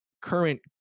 current